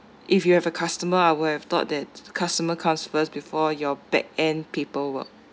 if you have a customer I would have thought that customer comes first before your back end people work